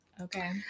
okay